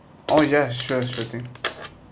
oh yes sure sure thing